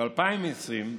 ב-2020,